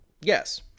Yes